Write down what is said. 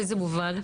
באיזה מובן?